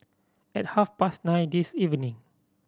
at half past nine this evening